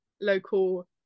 local